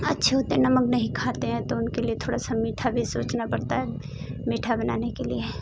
अच्छे होते हैं नमक नहीं खाते हैं तो उनके लिए थोड़ा सा मीठा भी सोचना पड़ता है मीठा बनाने के लिए